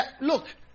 look